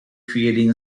creating